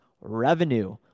revenue